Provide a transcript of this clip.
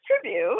tribute